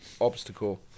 obstacle